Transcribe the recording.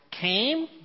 came